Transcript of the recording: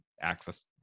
access